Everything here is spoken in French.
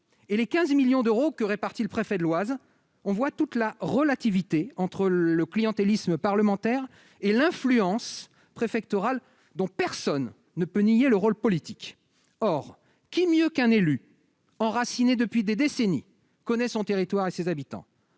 et les 15 millions d'euros que répartit le préfet de l'Oise, on voit toute la relativité entre le clientélisme parlementaire et l'influence préfectorale, dont personne ne peut nier le rôle politique. Qui mieux qu'un élu enraciné depuis des décennies connaît son territoire et ses habitants,